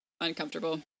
Uncomfortable